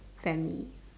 family